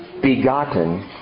begotten